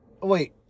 Wait